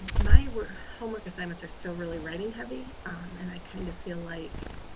my work homework assignments are still really writing heavy um and i kind of feel like,